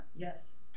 Yes